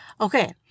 Okay